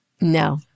No